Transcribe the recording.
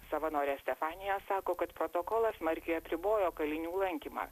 savanorė stefanija sako kad protokolas smarkiai apribojo kalinių lankymą